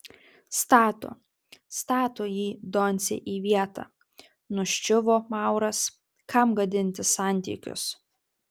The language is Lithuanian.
stato stato jį doncė į vietą nuščiuvo mauras kam gadinti santykius